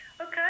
Okay